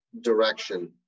direction